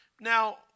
Now